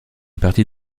partie